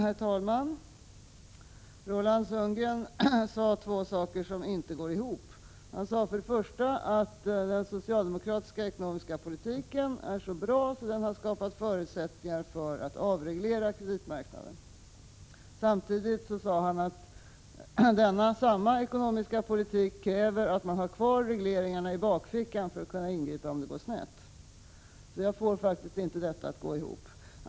Herr talman! Roland Sundgren sade två saker som inte går ihop. För det första sade han att den socialdemokratiska ekonomiska politiken är så bra att den har skapat förutsättningar för att avreglera kreditmarknaden. För det andra sade han att samma ekonomiska politik kräver att man har kvar regleringarna i bakfickan för att kunna ingripa om det går snett. Jag får alltså inte detta att gå ihop.